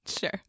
Sure